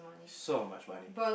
so much money